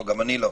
גם אני לא.